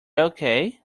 okay